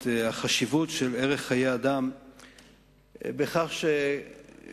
את החשיבות של ערך חיי אדם בכך שקבעה,